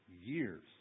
years